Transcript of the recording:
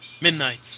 midnight